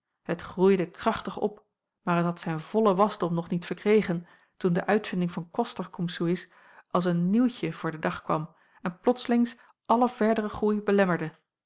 het groeide krachtig op maar het had zijn vollen wasdom nog niet verkregen toen de uitvinding van coster c s als een nieuwtje voor den dag kwam en plotslings allen verderen groei belemmerde